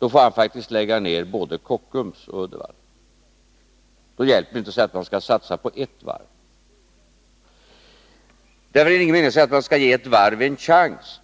får han faktiskt lägga ner både Kockums och Uddevallavarvet. Då hjälper det inte att säga att man skall satsa på ett varv. Därför är det ingen mening med att säga att man skall ge ett varv en chans.